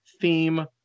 theme